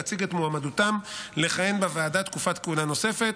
להציג את מועמדותם לכהן בוועדה תקופת כהונה נוספת,